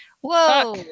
whoa